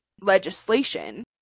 legislation